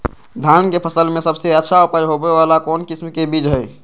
धान के फसल में सबसे अच्छा उपज होबे वाला कौन किस्म के बीज हय?